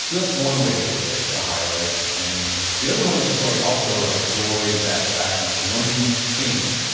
so that's one way to pick a ah highlight. and the other one is like also like joy and satisfaction, like the one thing you think,